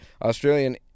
Australian